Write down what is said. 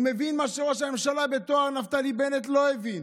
הוא מבין מה שראש הממשלה בתואר נפתלי בנט לא הבין,